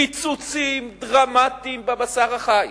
קיצוצים דרמטיים בבשר החי: